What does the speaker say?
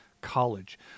college